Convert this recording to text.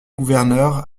gouverneur